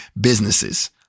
businesses